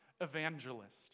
evangelist